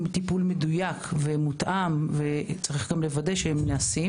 טיפול מדויק ומותאם צריך לוודא שהם נעשים.